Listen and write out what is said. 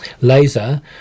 laser